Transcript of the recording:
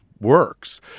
works